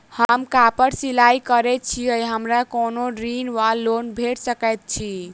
हम कापड़ सिलाई करै छीयै हमरा कोनो ऋण वा लोन भेट सकैत अछि?